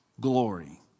glory